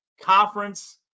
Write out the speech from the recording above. conference